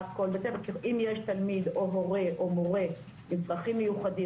זאת אומרת אם יש תלמיד או הורה או מורה עם צרכים מיוחדים,